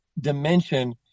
dimension